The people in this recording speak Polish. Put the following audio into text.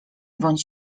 bądź